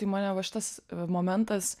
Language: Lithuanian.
tai mane va šitas momentas